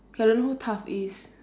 I don't know who toph is